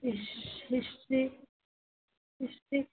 history history